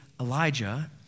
Elijah